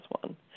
one